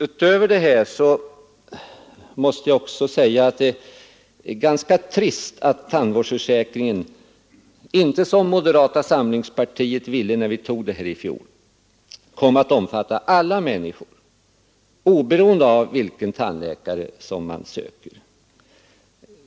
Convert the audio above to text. Utöver detta måste jag också säga att det är ganska trist att tandvårdsförsäkringen inte — som moderata samlingspartiet ville när vi tog beslutet i fjol — kom att omfatta alla människor, oberoende av vilken tandläkare man söker.